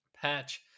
Patch